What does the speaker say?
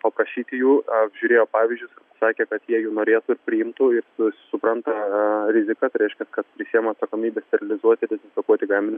paprašyti jų apžiūrėjo pavyzdžius sakė kad jie jų norėtų ir priimtų ir supranta riziką tai reiškia kad prisiima atsakomybę sterilizuoti dezinfekuoti gaminius